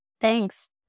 Thanks